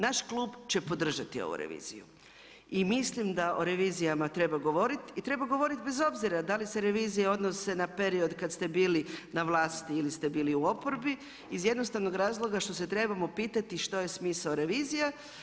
Naš klub će podržati ovu reviziju i mislim da o revizijama treba govoriti i treba govoriti bez obzira da li se revizija odnose na period kada ste bili na vlasti ili ste bili u oporbi iz jednostavnog razloga što se trebamo pitati što je smisao revizije.